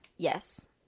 Yes